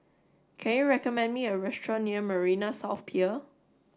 can you recommend me a restaurant near Marina South Pier